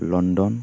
London